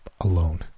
Alone